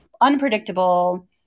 unpredictable